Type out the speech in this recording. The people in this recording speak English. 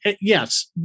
yes